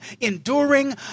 enduring